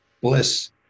bliss